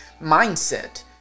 mindset